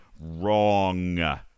wrong